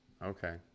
Okay